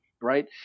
right